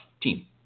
team